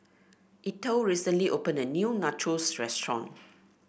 Ethel recently opened a new Nachos Restaurant